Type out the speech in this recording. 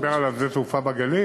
אתה מדבר על שדה-התעופה בגליל?